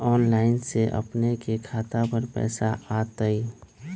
Online से अपने के खाता पर पैसा आ तई?